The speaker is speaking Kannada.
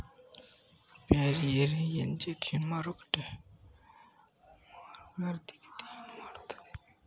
ಫಾರಿನ್ ಎಕ್ಸ್ಚೇಂಜ್ ಮಾರ್ಕೆಟ್ ಮಾರುಕಟ್ಟೆ ಆರ್ಥಿಕತೆಯನ್ನು ಮಾಡುತ್ತವೆ